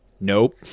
Nope